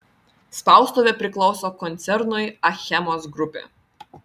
spaustuvė priklauso koncernui achemos grupė